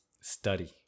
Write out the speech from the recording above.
study